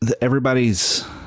everybody's